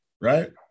Right